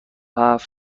هفت